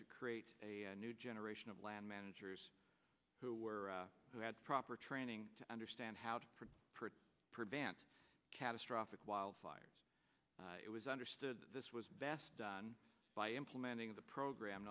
to create a new generation of land managers who were who had proper training to understand how to prevent catastrophic wildfires it was understood that this was best done by implementing the program